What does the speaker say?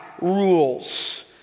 rules